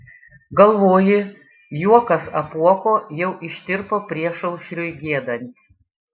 galvoji juokas apuoko jau ištirpo priešaušriui giedant